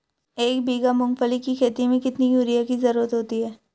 एक बीघा मूंगफली की खेती में कितनी यूरिया की ज़रुरत होती है?